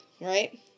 Right